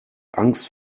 angst